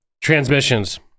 Transmissions